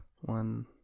One